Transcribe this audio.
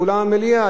באולם המליאה,